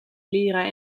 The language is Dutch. lira